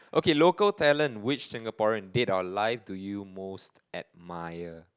okay local talent which Singaporean dead or alive do you most admire